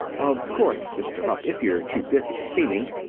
of course, mr. hupp, if you're too busy to see me